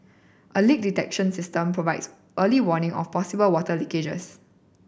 a leak detection system provides early warning of possible water leakages